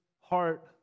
heart